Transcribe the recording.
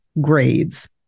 grades